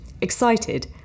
excited